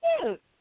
cute